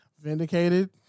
Vindicated